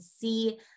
see